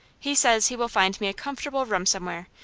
he says he will find me a comfortable room somewhere,